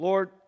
Lord